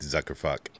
Zuckerfuck